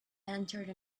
entered